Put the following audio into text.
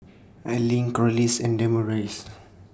Arlyn Corliss and Damaris